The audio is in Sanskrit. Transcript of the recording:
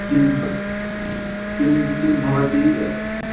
किं किं किं भवति